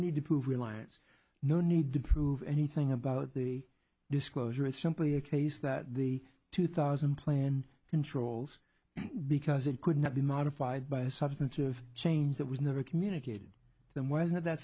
need to prove reliance no need to prove anything about the disclosure it's simply a case that the two thousand plan controls because it could not be modified by a substantive change that was never communicated to them wasn't that